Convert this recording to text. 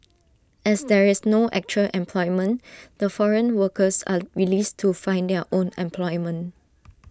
as there is no actual employment the foreign workers are released to find their own employment